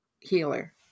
healer